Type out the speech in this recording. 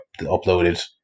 uploaded